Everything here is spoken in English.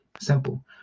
Simple